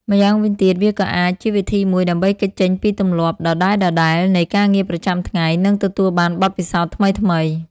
ម្យ៉ាងវិញទៀត វាក៏អាចជាវិធីមួយដើម្បីគេចចេញពីទម្លាប់ដដែលៗនៃការងារប្រចាំថ្ងៃ និងទទួលបានបទពិសោធន៍ថ្មីៗ។